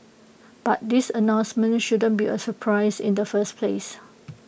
but this announcement shouldn't be A surprise in the first place